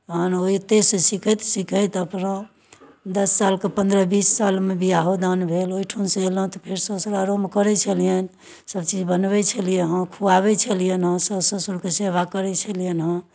तखन ओतहिसँ सीखैत सीखैत अपना दस सालके पन्द्रह बीस सालमे बियाहो दान भेल ओहिठुनसँ अयलहुँ तऽ फेर ससुरालोमे करै छलियनि सभचीज बनबै छलियनि हेँ खुआबै छलियनि हेँ सासु ससुरकेँ सेवा करै छलियनि हेँ